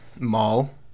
Mall